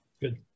Good